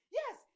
yes